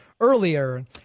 earlier